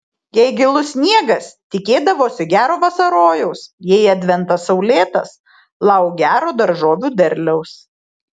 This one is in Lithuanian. jei gilus sniegas tikėdavosi gero vasarojaus jei adventas saulėtas lauk gero daržovių derliaus